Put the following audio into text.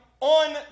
on